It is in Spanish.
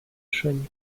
sueño